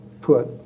put